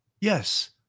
Yes